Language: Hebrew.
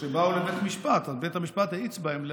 כשבאו לבית המשפט אז בית המשפט האיץ בהם.